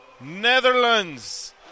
Netherlands